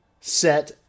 set